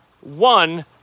One